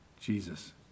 Jesus